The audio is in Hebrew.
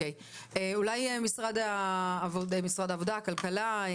אולי משרד העבודה, הכלכלה.